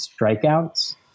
strikeouts